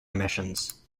emissions